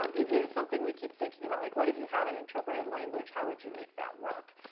um it is something we keep thinking about. like, what if you have an interpretive language? how would you make that work?